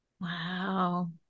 Wow